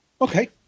okay